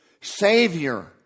Savior